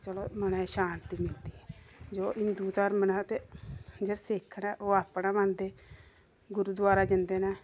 चलो मनै गी शांति मिलदी जो हिंदू धर्म ना ते जेह्ड़े सिक्ख न ओह् अपना मन्नदे गुरुद्वारै जंदे न